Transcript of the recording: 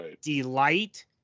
delight